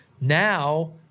Now